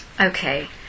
Okay